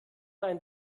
ein